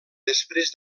després